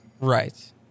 Right